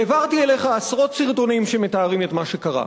העברתי אליך עשרות סרטונים שמתארים את מה שקרה.